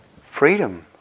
Freedom